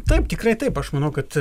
taip tikrai taip aš manau kad